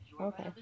Okay